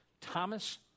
Thomas